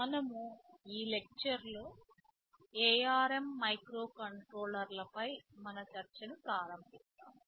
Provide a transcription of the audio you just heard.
మనము ఈ లెక్చర్ లో ARM మైక్రోకంట్రోలర్లపై మన చర్చను ప్రారంభిస్తాము